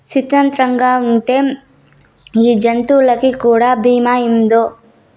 సిత్రంగాకుంటే ఈ జంతులకీ కూడా బీమా ఏందో